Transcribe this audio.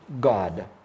God